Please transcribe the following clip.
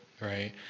right